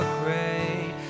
great